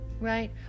right